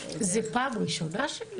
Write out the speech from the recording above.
זו פעם ראשונה?